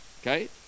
okay